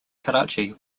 karachi